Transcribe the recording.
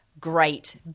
great